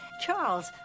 Charles